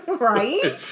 Right